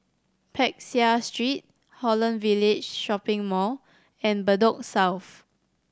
Peck Seah Street Holland Village Shopping Mall and Bedok South